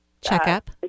Checkup